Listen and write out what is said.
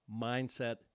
mindset